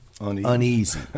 uneasy